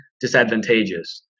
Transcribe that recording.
disadvantageous